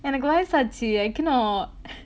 எனக்கு வயசாச்சு:enakku vaysaachu I cannot